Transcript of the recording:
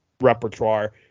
repertoire